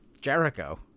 Jericho